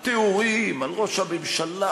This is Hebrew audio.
תיאורים על ראש הממשלה,